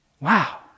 Wow